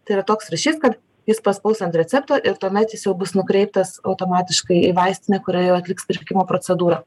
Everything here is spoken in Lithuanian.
tai yra toks ryšys kad jis paspaus ant recepto ir tuomet jis jau bus nukreiptas automatiškai į vaistinę kurioje jau atliks pirkimo procedūrą